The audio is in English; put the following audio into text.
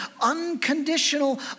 unconditional